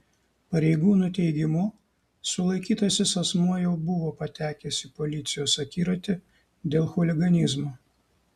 pareigūnų teigimu sulaikytasis asmuo jau buvo patekęs į policijos akiratį dėl chuliganizmo